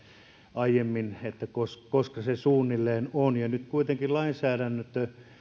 aiemmin koska koska se suunnilleen on ja nyt kuitenkin lainsäädännön